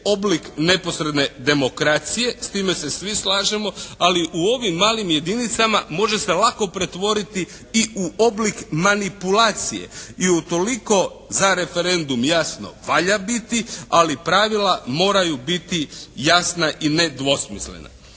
oblik neposredne demokracije, s time se svi slažemo. Ali u ovim malim jedinicama može se lako pretvoriti i u oblik manipulacije. I utoliko za referendum jasno valja biti ali pravila moraju biti jasna i nedvosmislena.